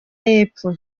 y’epfo